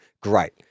great